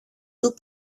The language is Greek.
του